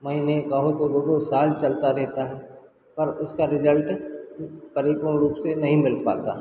महीने कहीं तो दो दो साल चलता रहता है पर उसका रिजल्ट परिपूर्ण रूप से नहीं मिल पाता